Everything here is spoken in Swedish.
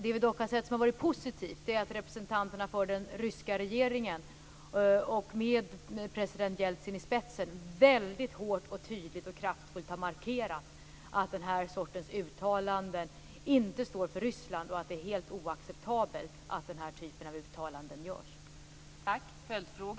Vad vi dock har sett som har varit positivt är att representanterna för den ryska regeringen, med president Jeltsin i spetsen, väldigt hårt, tydligt och kraftfullt har markerat att den här sortens uttalanden inte står för Ryssland och att det är helt oacceptabelt att den här typen av uttalanden görs.